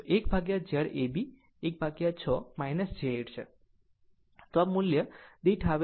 આમ 1Z ab 16 j 8 છે તે આ મૂલ્ય દીઠ આવે છે